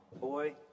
Boy